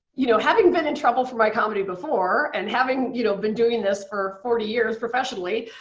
you know having been in trouble for my comedy before and having you know been doing this for forty years professionally,